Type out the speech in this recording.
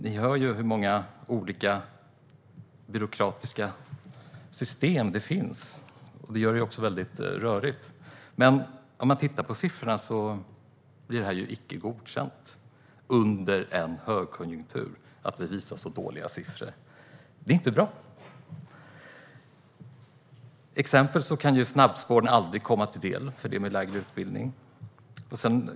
Ni hör ju hur många olika byråkratiska system det finns. Det gör det också väldigt rörigt. Men det ger ju icke godkänt att visa så dåliga siffror under en högkonjunktur. Det är inte bra. Exempelvis kan snabbspåren aldrig komma dem med lägre utbildning till del.